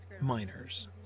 miners